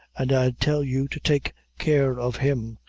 and i tell you to take care of him,